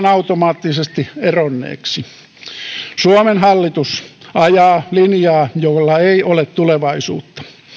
automaattisesti katsotaan eronneiksi suomen hallitus ajaa linjaa jolla ei ole tulevaisuutta